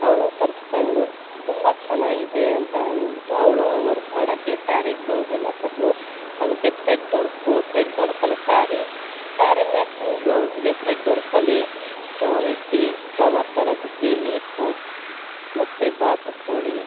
ಅವಳು ತರ್ಸ್ಕೊಂಡ್ಳು ತುಂಬ ಚೆನ್ನಾಗಿದೆ ಅಂತ ಅಂದ್ಬಿಟ್ಟು ಅವಳು ವರ್ಕ್ ಮಾಡೋಕ್ಕೆ ಸ್ಯಾರಿಗೆ ಬ್ಲೌಸೆಲ್ಲ ಕೊಟ್ಳು ಅದಕ್ಕೆ ಥ್ರೆಡ್ ವರ್ಕು ಥ್ರೆಡ್ ವರ್ಕಲ್ಲಿ ಸ್ಯಾರಿ ಸ್ಯಾರಿ ಮ್ಯಾಚಿಂಗ್ ಬ್ಲೌಸ್ಗೆ ಥ್ರೆಡ್ ವರ್ಕಲ್ಲಿ ಸ್ಟೋನ್ ಇಟ್ಟು ಫ್ಲವರ್ ಥರ ಬಿಟ್ಟು ಲೀಫು ಮತ್ತು ಬಾತುಕೋಳಿ